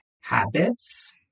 habits